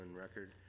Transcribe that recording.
record